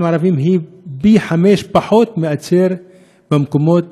הערבים היא פי חמישה פחות מאשר במקומות